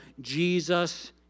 Jesus